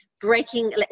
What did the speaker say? breaking